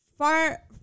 Far